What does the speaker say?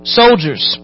soldiers